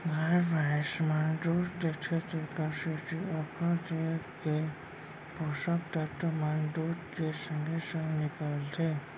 गाय भइंस मन दूद देथे तेकरे सेती ओकर देंव के पोसक तत्व मन दूद के संगे संग निकलथें